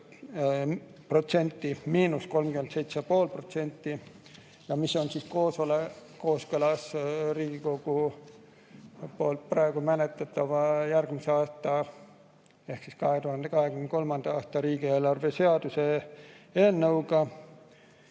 protsent 37,5%, mis on kooskõlas Riigikogu poolt praegu menetletava järgmise aasta ehk 2023. aasta riigieelarve seaduse eelnõuga.